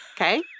okay